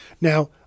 now